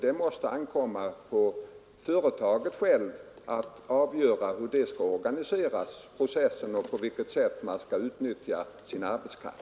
Det måste ankomma på företaget självt att avgöra hur den processen skall organiseras och på vilket sätt arbetskraften skall utnyttjas.